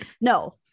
no